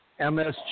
MSG